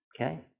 Okay